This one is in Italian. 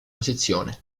posizione